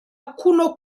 kuno